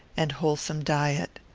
and wholesome diet.